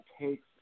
takes